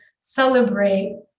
celebrate